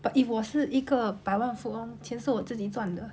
but if 我是一个百万富翁钱是我自己赚的